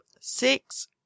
six